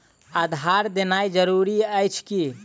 आधार देनाय जरूरी अछि की?